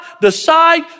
decide